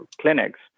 clinics